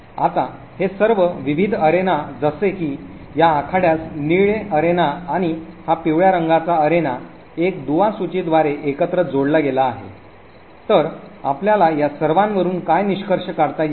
आता हे सर्व विविध अरेना जसे की या आखाड्यास निळे अरेना आणि हा पिवळ्या रंगाचा अरेना एक दुवा सूचीद्वारे एकत्र जोडला गेला आहे तर आपल्याला या सर्वांवरून काय निष्कर्ष काढता येईल